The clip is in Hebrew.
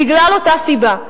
בגלל אותה סיבה.